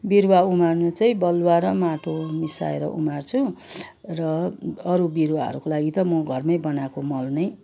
बिरुवा उमार्न चाहिँ बलुवा र माटो मिसाएर उमार्छु र अरू बिरुवाहरूको लागि त म घरमै बनाएको मल नै